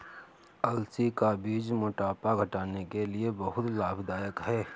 अलसी का बीज मोटापा घटाने के लिए बहुत लाभदायक है